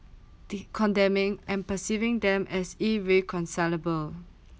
th~ condemning and perceiving them as irreconcilable